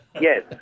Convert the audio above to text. Yes